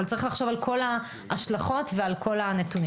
צריך לחשוב על כל ההשלכות ועל כל הנתונים.